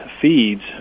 feeds